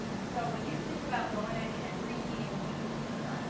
so when you think about going and reheating a piece of pizza,